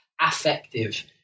affective